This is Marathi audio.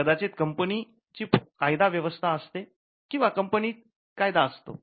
कदाचित कंपनी ची कायदा व्यवस्था असते किंवा कंपनी कायदा असतो